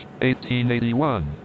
1881